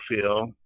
feel